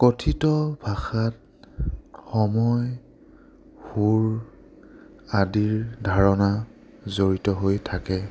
কথিত ভাষাত সময় সুৰ আদিৰ ধাৰণা জড়িত হৈ থাকে